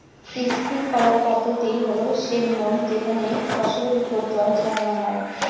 sprinkler পদ্ধতি হল সে নিয়ম যেখানে ফসলের ওপর জল ছড়ানো হয়